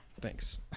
Thanks